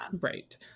right